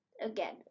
again